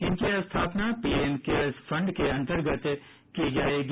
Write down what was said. इनकी स्थापना PM cares fund के अंतर्गत की जायेगी